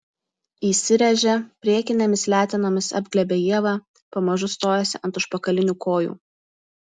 įsiręžia priekinėmis letenomis apglėbia ievą pamažu stojasi ant užpakalinių kojų